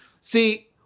See